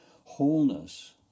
Wholeness